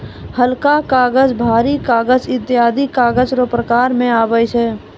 हलका कागज, भारी कागज ईत्यादी कागज रो प्रकार मे आबै छै